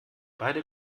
beide